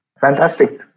Fantastic